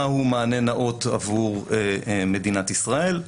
מהו מענה נאות עבור מדינת ישראל,